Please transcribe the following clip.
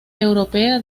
europea